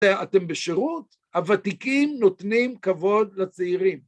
כשאתם בשירות, הוותיקים נותנים כבוד לצעירים.